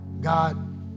God